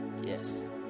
yes